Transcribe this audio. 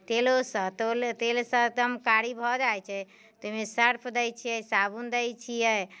तेलोसँ तेलसँ एकदम कारी भऽ जाइत छै ताहिमे सर्फ दय छियै साबुन दय छियै